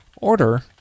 order